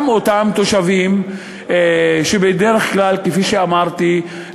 גם אותם תושבים שבדרך כלל, כפי שאמרתי,